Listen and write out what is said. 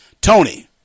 Tony